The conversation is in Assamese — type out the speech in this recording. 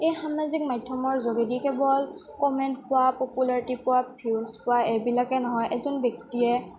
এই সামাজিক মাধ্যমৰ যোগেদি কেৱল কমেণ্ট পোৱা পপুলাৰিটি পোৱা ভিউজ পোৱা এইবিলাকে নহয় এজন ব্যক্তিয়ে